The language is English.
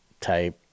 type